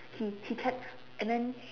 he he kept and then